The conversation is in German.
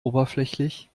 oberflächlich